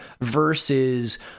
versus